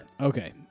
Okay